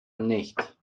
nicht